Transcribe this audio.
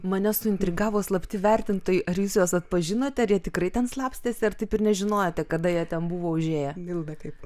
mane suintrigavo slapti vertintojai ar jūs juos atpažinote ar jie tikrai ten slapstėsi ar taip ir nežinojote kada jie ten buvo užėję milda kaip